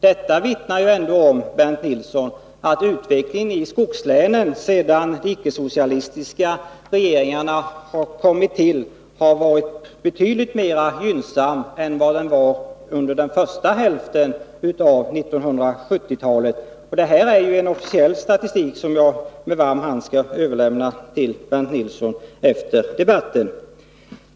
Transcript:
Detta vittnar ändå om, Bernt Nilsson, att utvecklingen i skogslänen sedan de icke-socialistiska regeringarna kom till har varit betydligt mer gynnsam än vad den var under den första hälften av 1970-talet. Det här är en officiell statistik, som jag med varm hand skall överlämna till Bernt Nilsson efter debatten.